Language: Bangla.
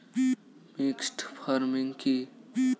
মিক্সড ফার্মিং কি?